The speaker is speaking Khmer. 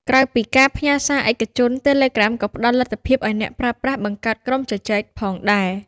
ក្រៅពីការផ្ញើសារឯកជន Telegram ក៏ផ្តល់លទ្ធភាពឲ្យអ្នកប្រើប្រាស់ បង្កើតក្រុមជជែក ផងដែរ។